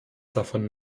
davon